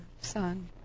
son